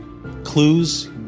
Clues